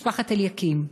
משפחת אליקים: